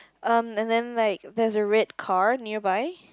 um and then like there's a red car nearby